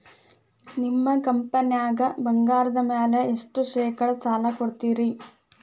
ನಿಮ್ಮ ಕಂಪನ್ಯಾಗ ಬಂಗಾರದ ಮ್ಯಾಲೆ ಎಷ್ಟ ಶೇಕಡಾ ಸಾಲ ಕೊಡ್ತಿರಿ?